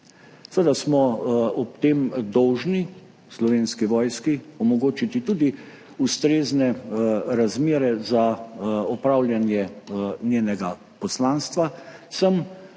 Seveda smo ob tem dolžni Slovenski vojski omogočiti tudi ustrezne razmere za opravljanje njenega poslanstva,